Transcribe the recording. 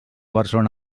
barcelona